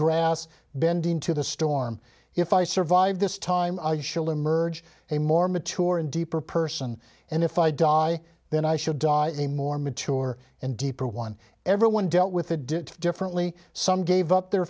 grass bending to the storm if i survive this time i shall emerge a more mature and deeper person and if i die then i should die a more mature and deeper one everyone dealt with it do it differently some gave up their